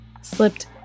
slipped